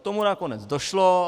K tomu nakonec došlo.